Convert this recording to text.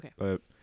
okay